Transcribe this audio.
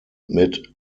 mit